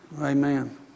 Amen